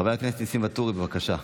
חבר הכנסת ניסים ואטורי, בבקשה,